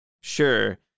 Sure